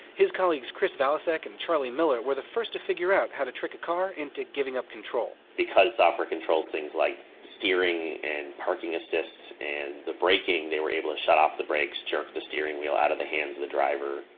his colleagues, chris valasek and charlie miller, were the first to figure out how to trick a car into giving up control. because software controls things like steering and parking assist and the breaking, they were able to shut off the brakes, jerk the steering wheel out of the hands of the driver.